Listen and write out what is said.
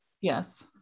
yes